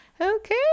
Okay